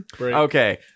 Okay